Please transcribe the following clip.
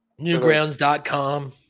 Newgrounds.com